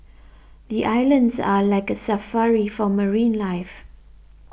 the islands are like a safari for marine life